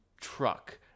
truck